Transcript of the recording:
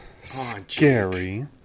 scary